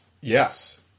Yes